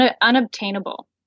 Unobtainable